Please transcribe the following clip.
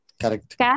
Correct